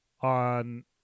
on